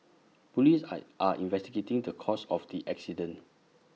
Police are are investigating the cause of the accident